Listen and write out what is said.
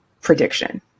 prediction